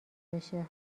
بشه